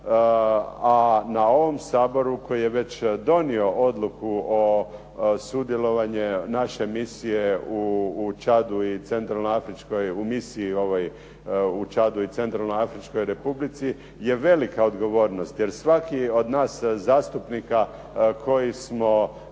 a na ovom Saboru koji je već donio odluku o sudjelovanju naše misije u Čadu i Centralno Afričkoj Republici je velika odgovornost jer svaki od nas zastupnika koji smo